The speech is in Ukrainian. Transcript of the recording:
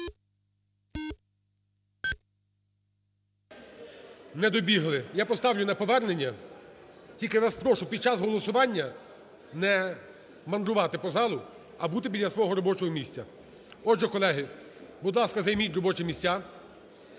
Не добігли. Я поставлю на повернення, тільки вас прошу під час голосування не мандрувати по залу, а бути біля свого робочого місця. Отже, колеги, будь ласка, займіть робочі місця,